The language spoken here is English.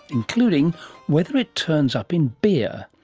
including whether it turns up in beer.